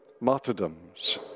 martyrdoms